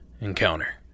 encounter